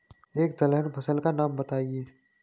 एक दलहन फसल का नाम बताइये